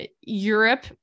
Europe